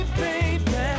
baby